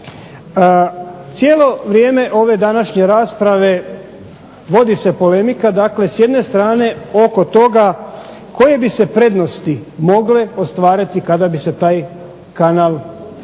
Cijelo vrijeme ove današnje rasprave vodi se polemika, dakle s jedne strane oko toga koje bi se prednosti mogle ostvariti kada bi se taj kanal izradio,